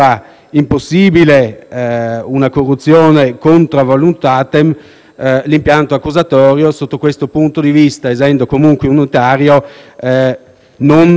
impossibile una corruzione *contra voluntatem*, l'impianto accusatorio, sotto questo punto di vista, essendo comunque unitario, ad